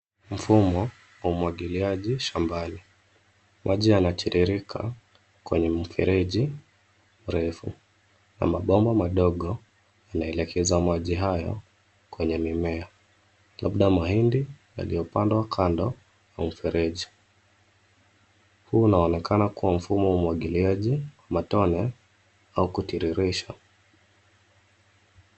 Mfumo wa umwagiliaji shambani. Maji yanatiririka kwenye mfereji refu na mabomba madogo yanaelekeza maji hayo kwenye mimea, labda mahindi yaliyopandwa kando kwenye mfereji . Huu unaonekana mfumo wa umwagiliaji matone au kutiririsha.